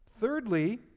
Thirdly